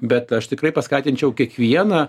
bet aš tikrai paskatinčiau kiekvieną